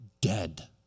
dead